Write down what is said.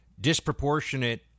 disproportionate